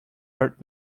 hurt